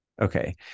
Okay